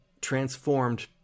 transformed